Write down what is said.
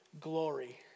glory